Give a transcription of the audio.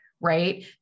right